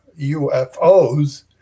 UFOs